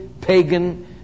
pagan